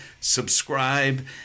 Subscribe